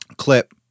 clip